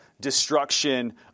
destruction